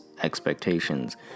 expectations